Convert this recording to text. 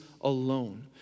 alone